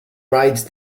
rides